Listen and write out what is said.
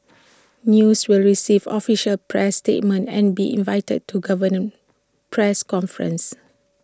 news will receive official press statements and be invited to government press conferences